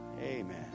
Amen